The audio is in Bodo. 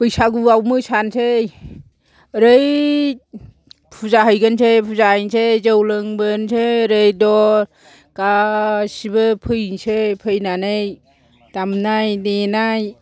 बैसागुआव मोसानोसै ओरै फुजाहैग्रोनोसै फुजा हैनोसै जौ लोंबोनोसै ओरै द' गासिबो फैनोसै फैनानै दामनाय देनाय